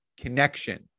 connection